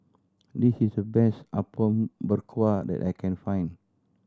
this is the best Apom Berkuah that I can find